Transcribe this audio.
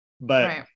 But-